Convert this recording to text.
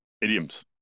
idioms